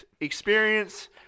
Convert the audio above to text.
experience